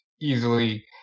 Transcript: easily